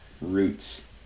roots